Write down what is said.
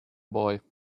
boy